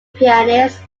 pianist